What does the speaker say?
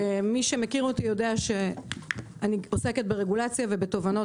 ומי שמכיר אותי יודע שאני עוסקת ברגולציה ותובענות